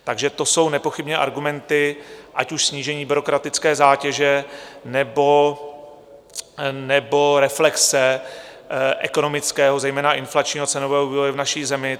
Takže to jsou nepochybně argumenty, ať už snížení byrokratické zátěže, nebo reflexe ekonomického, zejména inflačního cenového vývoje v naší zemi.